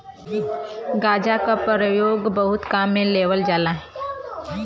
गांजा क परयोग बहुत काम में लेवल जाला